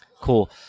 Cool